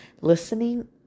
listening